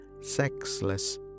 sexless